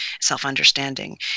self-understanding